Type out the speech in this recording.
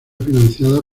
financiada